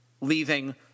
leaving